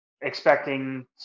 expecting